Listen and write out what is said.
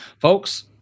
Folks